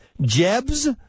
Jeb's